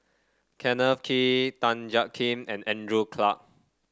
Kenneth Kee Tan Jiak Kim and Andrew Clarke